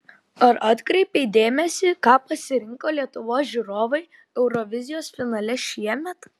ar atkreipei dėmesį ką pasirinko lietuvos žiūrovai eurovizijos finale šiemet